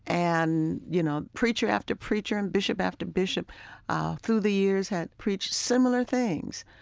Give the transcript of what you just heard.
and, you know, preacher after preacher and bishop after bishop through the years had preached similar things,